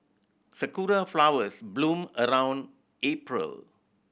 sakura flowers bloom around April